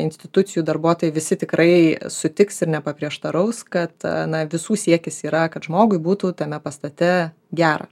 institucijų darbuotojai visi tikrai sutiks ir nepaprieštaraus kad na visų siekis yra kad žmogui būtų tame pastate gera